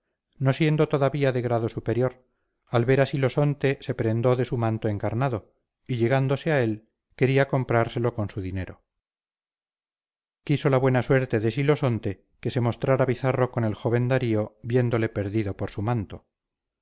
no siendo todavía de grado superior al ver a silosonte se prendó de su manto encarnado y llegándose a él quería comprárselo con su dinero quiso la buena suerte de silosonte que se mostrara bizarro con el joven darío viéndole perdido por su manto